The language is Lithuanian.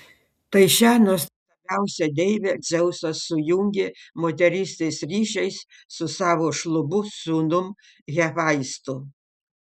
tai šią nuostabiausią deivę dzeusas sujungė moterystės ryšiais su savo šlubu sūnum hefaistu